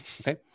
Okay